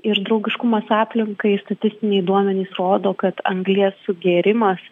ir draugiškumas aplinkai statistiniai duomenys rodo kad anglies sugėrimas